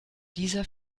dieser